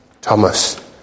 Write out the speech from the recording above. Thomas